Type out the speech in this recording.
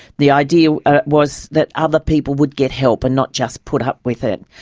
the idea was that other people would get help and not just put up with it.